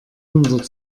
hundert